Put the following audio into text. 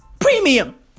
premium